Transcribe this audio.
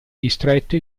distretto